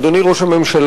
אדוני ראש הממשלה,